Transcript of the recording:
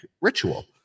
ritual